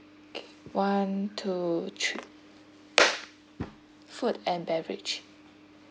okay one two three food and beverage